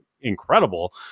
incredible